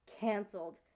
canceled